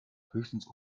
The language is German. höchstens